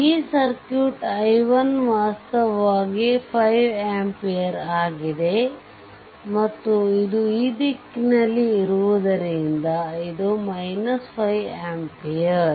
ಈ circuit i1 ವಾಸ್ತವವಾಗಿ 5 ampere ಆಗಿದೆ ಮತ್ತು ಇದು ಈ ದಿಕ್ಕಿನಲ್ಲಿ ಇರುವುದರಿಂದ ಇದು 5 ಆಂಪಿಯರ್